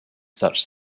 such